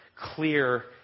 clear